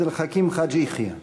חבר הכנסת עבד אל חכים חאג' יחיא.